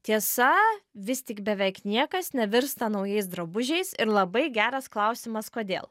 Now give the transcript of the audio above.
tiesa vis tik beveik niekas nevirsta naujais drabužiais ir labai geras klausimas kodėl